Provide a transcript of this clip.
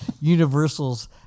Universal's